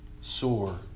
sore